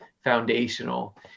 foundational